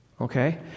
Okay